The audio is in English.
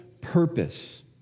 purpose